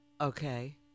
Okay